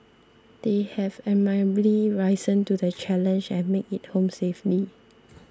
they have admirably risen to the challenge and made it home safely